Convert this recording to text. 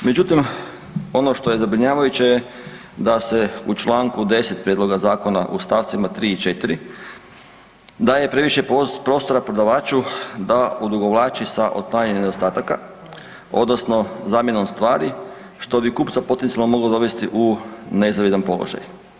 Međutim ono što je zabrinjavajuće je da se u čl. 10. prijedloga zakona u st. 3. i 4. daje previše prostora prodavaču da odugovlači sa otklanjanjem nedostataka odnosno zamjenom stvari, što bi kupca potencionalno moglo dovesti u nezavidan položaj.